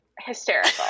Hysterical